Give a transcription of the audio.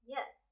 Yes